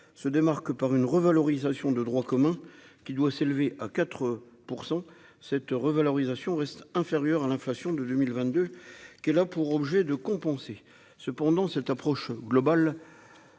se démarque par une revalorisation de droit commun qui doit s'élever à 4 pour 100 cette revalorisation reste inférieure à l'inflation de 2022 qu'elle a pour objet de compenser cependant cette approche globale